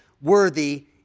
worthy